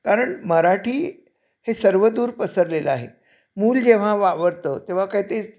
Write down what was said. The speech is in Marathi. कारण मराठी हे सर्वदूर पसरलेलं आहे मूल जेव्हा वावरतं तेव्हा काही ते